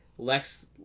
Lex